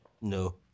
No